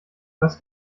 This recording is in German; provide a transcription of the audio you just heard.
was